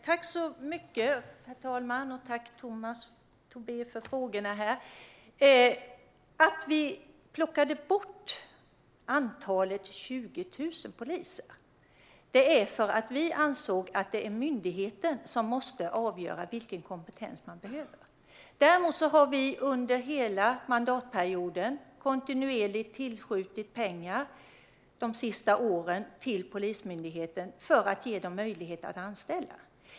Herr talman! Att vi plockade bort kravet på 20 000 poliser var för att vi ansåg att det är myndigheten som måste avgöra vilken kompetens man behöver. Däremot har vi under hela mandatperioden kontinuerligt tillskjutit pengar till Polismyndigheten för att ge myndigheten möjlighet att anställa.